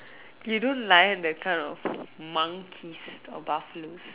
you don't layan that the kind of monkeys or buffaloes